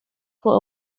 for